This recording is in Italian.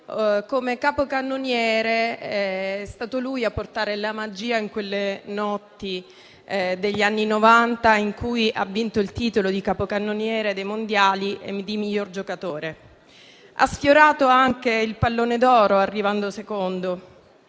come capocannoniere. È stato lui a portare la magia in quelle notti del 1990, in cui ha vinto il titolo di capocannoniere dei Mondiali e di miglior giocatore. Ha sfiorato anche il Pallone d'oro, arrivando secondo.